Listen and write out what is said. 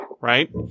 right